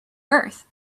earth